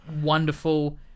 wonderful